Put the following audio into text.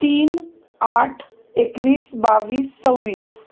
तीन आठ एकवीस बावीस सव्वीस